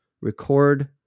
Record